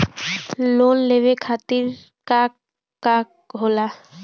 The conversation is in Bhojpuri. लोन लेवे क तरीकाका होला?